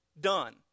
done